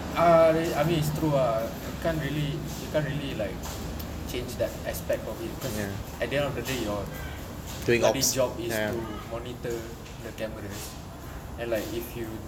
uh I mean it's true ah I can't really you can't really like changed that aspect of it because at the end of the day it's you're bloody job is to monitor the cameras and like if you